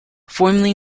formerly